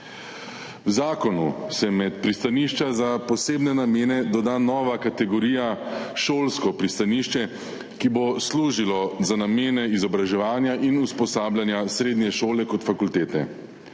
V zakonu se med pristanišča za posebne namene doda nova kategorija, šolsko pristanišče, ki bo služilo za namene izobraževanja in usposabljanja tako srednje šole kot fakultete.